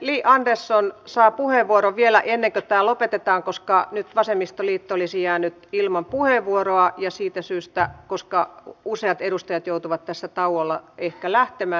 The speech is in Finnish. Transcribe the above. li andersson saa puheenvuoron vielä ennen kuin tämä lopetetaan koska nyt vasemmistoliitto olisi jäänyt ilman puheenvuoroa ja koska useat edustajat joutuvat tässä tauolla ehkä lähtemään